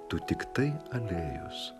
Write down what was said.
tu tiktai alėjos